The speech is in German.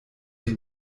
die